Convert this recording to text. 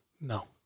No